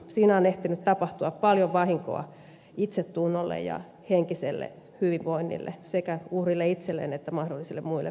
siinä on ehtinyt tapahtua paljon vahinkoa itsetunnolle ja henkiselle hyvinvoinnille sekä uhrille itselleen että mahdollisille muille perheenjäsenille kuten lapsille